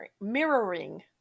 mirroring